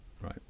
right